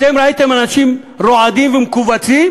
אתם ראיתם אנשים רועדים ומכווצים